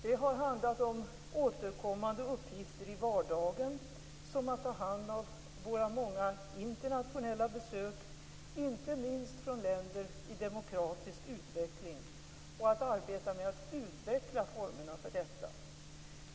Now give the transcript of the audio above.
Det har handlat om återkommande uppgifter i vardagen, som att ta hand om våra många internationella besök, inte minst från länder i demokratisk utveckling, och att arbeta med att utveckla formerna för detta.